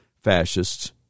fascists